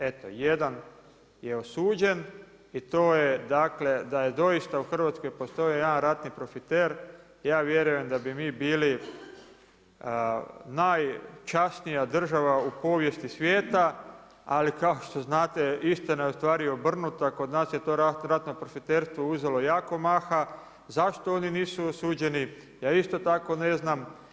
Eto, jedan je osuđen i to je dakle, da doista u Hrvatskoj postoji jedan ratni profiter, ja vjerujem da bi mi bili najčasnija država u povijesti svijeta, ali kao što znate istina je ustvari obrnuta, kod nas je to ratno profiterstvo uzelo jako maha, zašto oni nisu osuđeni, ja isto tako ne znam.